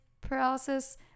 paralysis